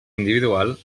individual